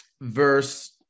verse